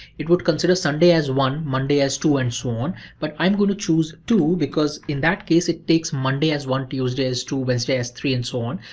it would consider sunday as one, monday as two and so on. but i'm going to choose two because in that case it takes monday as one, tuesday as two, wednesday as three and so on.